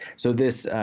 so this.